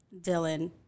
Dylan